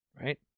right